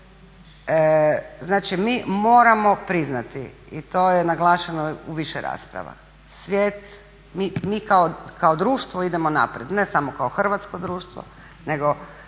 Znači mi moramo priznati i to je naglašeno u više rasprava svijet, mi kao društvo idemo naprijed, ne samo kao hrvatsko društvo nego